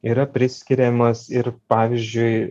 yra priskiriamas ir pavyzdžiui